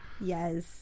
Yes